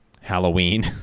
Halloween